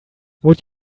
would